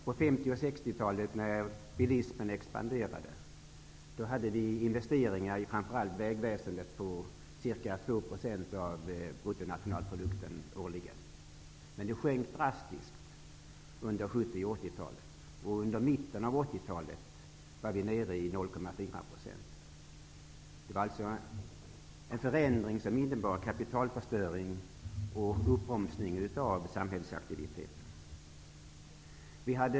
På 50 och 60-talet, när bilismen expanderade, gjordes årligen investeringar för framför allt vägväsendet på ca 2 % av bruttonationalprodukten. Men de sjönk drastiskt under 70 och 80-talet. Under mitten av 80-talet var siffran nere i 0,4 %. Det var en förändring som innebar kapitalförstöring och uppbromsning av samhällsaktiviteter.